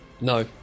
No